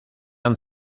han